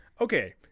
okay